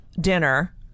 dinner